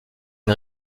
une